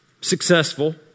successful